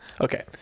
Okay